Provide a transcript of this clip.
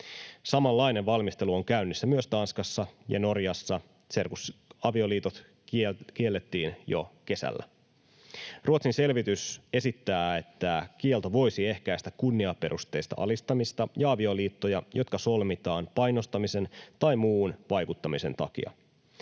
Samanlainen valmistelu on käynnissä myös Tanskassa, ja Norjassa serkusavioliitot kiellettiin jo kesällä. Ruotsin selvitys esittää, että kielto voisi ehkäistä kunniaperusteista alistamista ja avioliittoja, jotka solmitaan painostamisen tai muun vaikuttamisen takia.